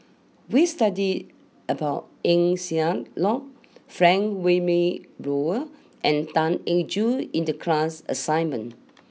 we studied about Eng Siak Loy Frank Wilmin Brewer and Tan Eng Joo in the class assignment